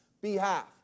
behalf